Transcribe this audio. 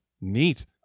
neat